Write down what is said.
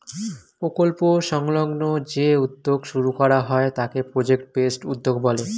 প্রকল্প সংলগ্ন যে উদ্যোগ শুরু করা হয় তাকে প্রজেক্ট বেসড উদ্যোগ বলে